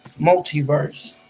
multiverse